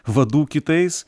vadų kitais